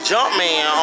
Jumpman